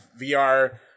VR